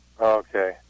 Okay